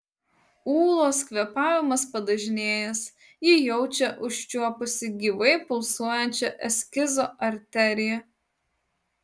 ūlos kvėpavimas padažnėjęs ji jaučia užčiuopusi gyvai pulsuojančią eskizo arteriją